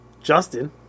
Justin